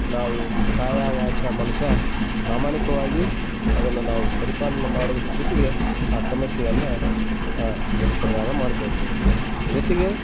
ನಾವು ಕಾಯಾ ವಾಚಾ ಮನಸಾ ಪ್ರಾಮಾಣಿಕವಾಗಿ ಅದನ್ನು ನಾವು ಪರಿಪಾಲನೆ ಮಾಡುವುದ್ರ ಜೊತೆಗೆ ಆ ಸಮಸ್ಯೆಯನ್ನು ಪರಿಹಾರ ಮಾಡಿಕೊಳ್ತೇವೆ ಜೊತೆಗೆ